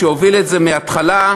שהוביל את זה מההתחלה,